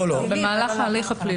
במהלך ההליך הפלילי.